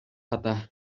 ката